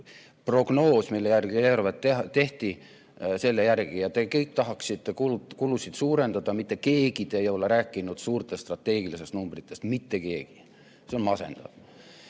prognoos, mille järgi eelarve tehti, selle järgi. Ja te kõik tahaksite kulusid suurendada, mitte keegi ei ole rääkinud suurtest strateegilisest numbritest. Mitte keegi. See on masendav. Kui